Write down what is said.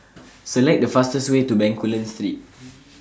Select The fastest Way to Bencoolen Street